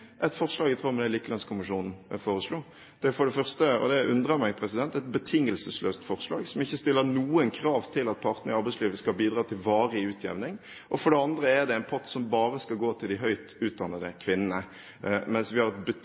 et forslag i tråd med det Likelønnskommisjonen foreslo. For det første – og det forundrer meg – er det et betingelsesløst forslag, som ikke stiller noen krav til at partene i arbeidslivet skal bidra til varig utjevning. For det andre er det en pott som bare skal gå til de høyt utdannede kvinnene, mens vi har